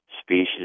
species